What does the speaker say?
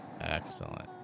Excellent